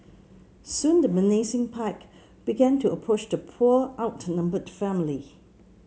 soon the menacing pack began to approach the poor outnumbered family